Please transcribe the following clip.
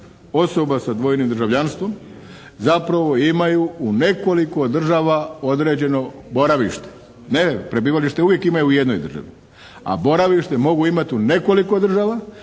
osoba sa dvojnim državljanstvom zapravo imaju u nekoliko država određeno boravište, ne prebivalište uvijek imaju u jednoj državi, a boravište mogu imati u nekoliko država